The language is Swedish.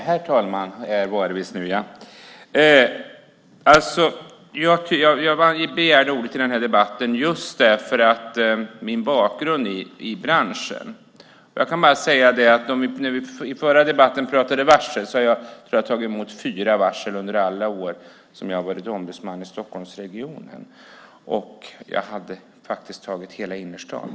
Herr talman! Jag begärde ordet i denna debatt just på grund av min bakgrund i branschen. I den förra debatten talade vi om varsel. Jag tror att jag har tagit emot fyra varsel under alla år som jag har varit ombudsman i Stockholmsregionen, och det gällde hela innerstan.